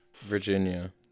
Virginia